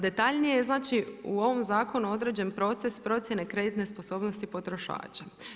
Detaljnije znači u ovom zakonu određen proces procjene kreditne sposobnosti potrošača.